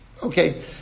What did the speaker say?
Okay